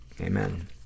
Amen